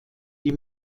die